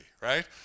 right